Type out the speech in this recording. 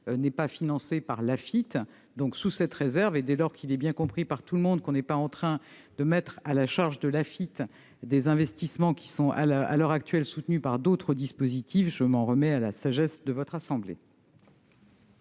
n'est pas financé par l'Afitf. Sous cette réserve, et dès lors qu'il est bien compris par tout le monde que nous ne mettons pas à la charge de l'Afitf des investissements qui sont, à l'heure actuelle, soutenus par d'autres dispositifs, je m'en remets à la sagesse de votre assemblée.